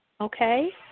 okay